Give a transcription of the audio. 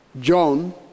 John